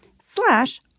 slash